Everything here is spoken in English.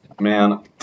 man